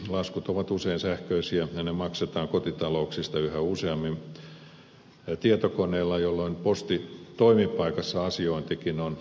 laskut ovat usein sähköisiä ja ne maksetaan kotitalouksissa yhä useammin tietokoneella jolloin postitoimipaikassa asiointikin on vähentynyt